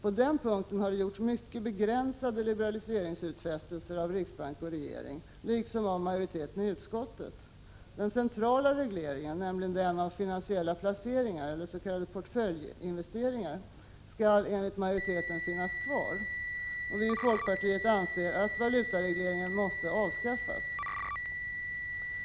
På den punkten har det gjorts mycket begränsade liberaliseringsutfästelser av riksbank och regering, liksom av majoriteten i utskottet. Den centrala regleringen, nämligen den av Prot. 1986/87:46 finansiella placeringar eller s.k. portföljinvesteringar, skall enligt majorite 10 december 1986 ten finnas kvar. Vi i folkpartiet anser att valutaregleringen måste avskaffas.